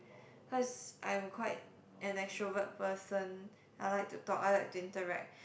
cause I am quite an extrovert person I like to talk I like to interact